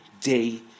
day